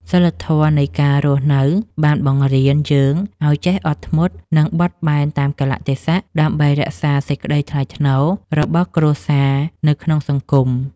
សីលធម៌នៃការរស់នៅបានបង្រៀនយើងឱ្យចេះអត់ធ្មត់ និងបត់បែនតាមកាលៈទេសៈដើម្បីរក្សាសេចក្តីថ្លៃថ្នូររបស់គ្រួសារនៅក្នុងសង្គម។